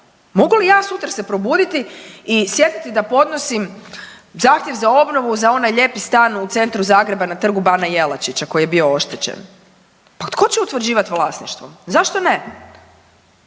Mogu li ja sutra se probuditi i sjetiti da podnosim zahtjev za obnovu za onaj lijepi stan u centru Zagreba na Trgu bana Jelačića koji je bio oštećen? Pa tko će utvrđivati vlasništvo, zašto ne?